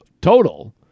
total